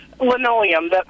linoleum